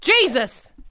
Jesus